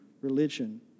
religion